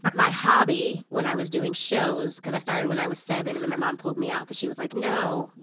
but my hobby when i was doing shows because i started when i was seven, and then my mom pulled me out because she was like, no,